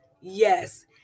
yes